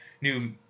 new